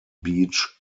beach